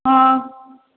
ହଁ